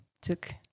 took